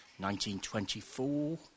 1924